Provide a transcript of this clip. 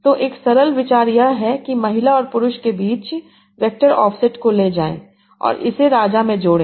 तो एक सरल विचार यह है कि महिला और पुरुष के बीच वेक्टर ऑफ़सेट को ले जाएं और इसे राजा में जोड़ें